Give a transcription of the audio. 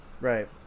Right